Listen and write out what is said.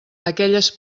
aquelles